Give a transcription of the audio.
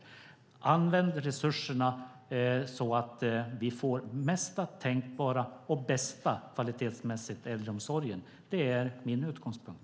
Vi ska använda resurserna så att vi får den kvalitetsmässigt bästa tänkbara äldreomsorgen. Det är min utgångspunkt.